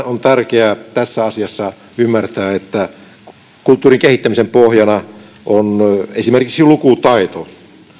on tärkeää tässä asiassa ymmärtää että kulttuurin kehittämisen pohjana on esimerkiksi lukutaito